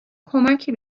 کمکی